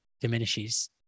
diminishes